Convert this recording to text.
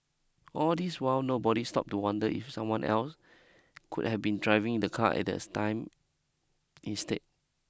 all this while nobody stopped to wonder if someone else could have been driving the car at the time instead